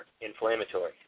inflammatory